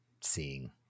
seeing